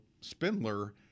Spindler